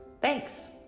Thanks